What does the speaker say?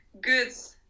goods